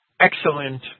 excellent